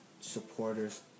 supporters